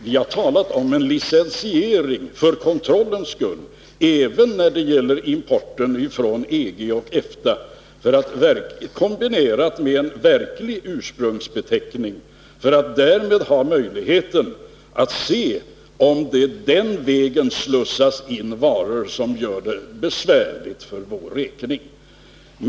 Vi har talat om en licensiering för kontrollens skull även när det gäller importen från EG och EFTA, kombinerad med en verklig ursprungsbeteckning, för att därmed ha möjlighet att se om det den vägen slussas in varor som gör det besvärligt för vår räkning.